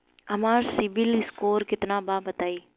हमार सीबील स्कोर केतना बा बताईं?